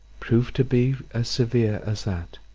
prove to be as severe as that.